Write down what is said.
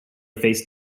face